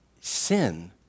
Sin